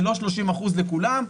זה לא 30% לכולם,